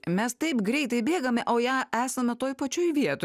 mes taip greitai bėgame o ja esame toj pačioj vietoj